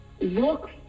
Look